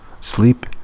Sleep